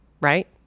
right